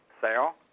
sale